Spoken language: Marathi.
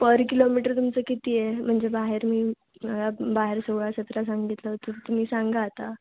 पर किलोमीटर तुमचं किती आहे म्हणजे बाहेरून बाहेर सोळा सतरा सांगितलं तर तुम्ही सांगा आता